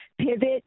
pivot